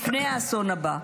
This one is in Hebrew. לפני האסון הבא.